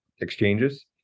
exchanges